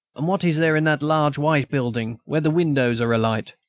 and what is there in that large white building, where the windows are alight?